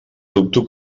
dubto